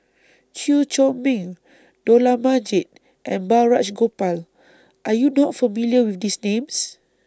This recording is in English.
Chew Chor Meng Dollah Majid and Balraj Gopal Are YOU not familiar with These Names